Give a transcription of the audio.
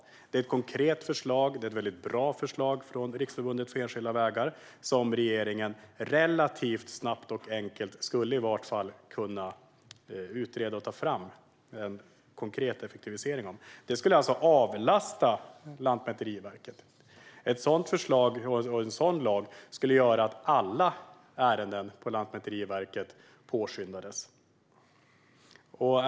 Riksförbundet Enskilda Vägar har lämnat ett konkret och väldigt bra förslag utifrån vilket regeringen relativt snabbt och enkelt skulle kunna utreda och ta fram en åtgärd för konkret effektivisering. Det skulle avlasta Lantmäteriet. Ett sådant förslag och en sådan lag skulle kunna leda till att alla ärenden på Lantmäteriet påskyndades.